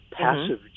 passive